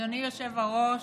אדוני היושב-ראש,